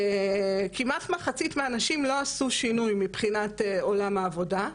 כמעט מחצית מהנשים לא עשו שינוי מבחינת עולם העבודה,